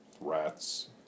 rats